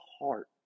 heart